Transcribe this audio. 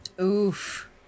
Oof